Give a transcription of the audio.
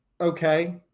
okay